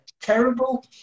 Terrible